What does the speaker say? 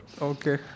okay